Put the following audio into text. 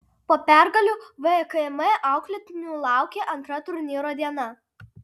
po pergalių vkm auklėtinių laukė antra turnyro diena